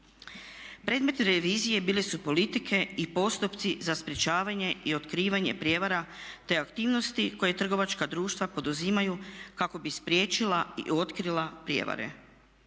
Predmet revizije bile su politike i postupci za sprječavanje i otkrivanje prijevara te aktivnosti koje trgovačka društva poduzimaju kako bi spriječila i otkrila prijevare.